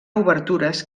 obertures